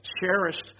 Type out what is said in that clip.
cherished